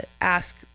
ask